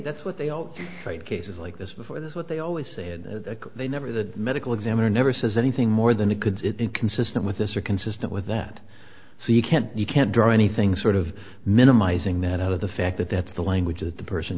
that's what they all cases like this before this what they always said they never the medical examiner never says anything more than it could sit inconsistent with this are consistent with that so you can't you can't draw anything sort of minimizing that other the fact that that's the language that the person